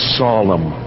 solemn